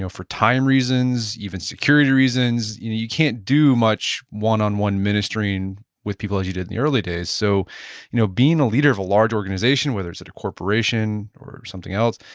ah for time reasons, even security reasons, you can't do much one on one ministering with people as you did in the early days. so you know being a leader of a large organization, whether it's a corporation, or something else,